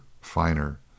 finer